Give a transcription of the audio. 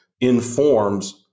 informs